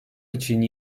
için